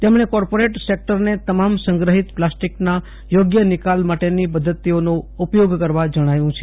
તેમણે કોર્પોરેટ સેકટરને તમામ સંગ્રહિત પ્લાસ્ટિકના યોગ્ય નિકાલ માટેની પદ્ધતિઓનો ઉપયોગ કરવા જણાવ્યું છે